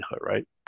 right